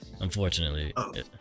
unfortunately